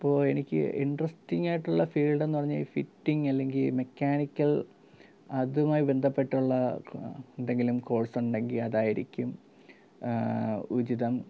അപ്പോൾ എനിക്ക് ഇൻട്രസ്റ്റിങ്ങായിട്ടുള്ള ഫീൽഡെന്നു പറഞ്ഞാൽ ഈ ഫിറ്റിങ് അല്ലെങ്കിൽ മെക്കാനിക്കൽ അതുമായി ബന്ധപ്പെട്ടുള്ള എന്തെങ്കിലും കോഴ്സ് ഉണ്ടെങ്കിൽ അതായിരിക്കും ഉചിതം